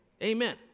Amen